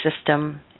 system